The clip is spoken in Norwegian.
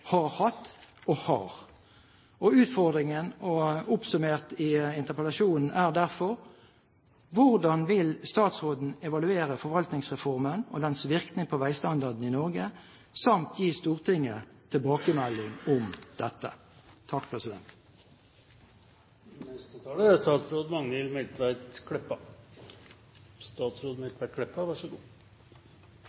har hatt og har. Utfordringen oppsummert i interpellasjonen er derfor: Hvordan vil statsråden evaluere Forvaltningsreformen og dens virkning på veistandarden i Norge samt gi Stortinget tilbakemelding om dette?